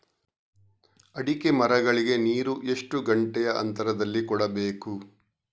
ಅಡಿಕೆ ಮರಗಳಿಗೆ ನೀರು ಎಷ್ಟು ಗಂಟೆಯ ಅಂತರದಲಿ ಕೊಡಬೇಕು?